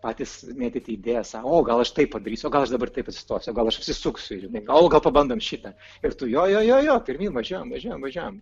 patys mėtyti idėjas sako o gal aš taip padarysiu o gal aš dabar taip atsistosiu o gal aš apsisuksiu ir jinai gal gal pabandom šitą ir tu jo jo jo jo pirmyn važiuojam važiuojam važiuojam